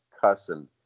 cussing